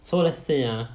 so let's say ah